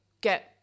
get